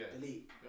Delete